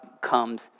comes